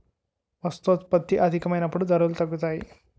వస్తోత్పత్తి అధికమైనప్పుడు ధరలు తగ్గుతాయి